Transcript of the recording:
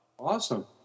Awesome